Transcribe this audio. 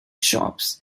shops